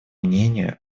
мнению